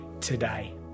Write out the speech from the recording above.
today